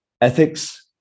Ethics